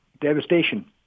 Devastation